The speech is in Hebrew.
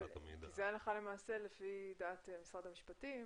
כי זה הלכה למעשה - לפי דעת משרד המשפטים